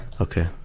Okay